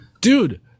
Dude